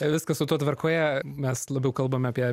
viskas su tuo tvarkoje mes labiau kalbam apie